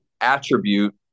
attribute